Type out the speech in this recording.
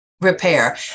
repair